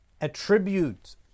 attribute